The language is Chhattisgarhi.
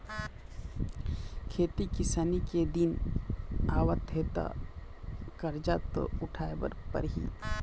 खेती किसानी के दिन आवत हे त करजा तो उठाए बर परही